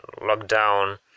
lockdown